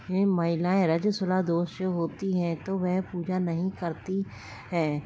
महिलाएँ रजस्वला दोष जो होती है तो वह पूजा नहीं करती हैं